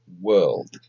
world